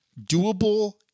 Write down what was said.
doable